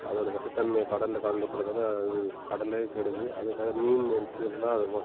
அதோட விஷத்தன்மை கடலில் கலந்துப்படுவதால அது கடலே கெடுது அதில் மீன் இருக்கிறதுலா அது வ